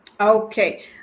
okay